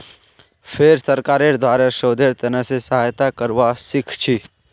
फेर सरकारेर द्वारे शोधेर त न से सहायता करवा सीखछी